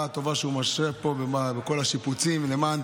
הטובה שהוא משרה פה בכל השיפוצים ולמען